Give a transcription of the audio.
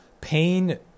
Pain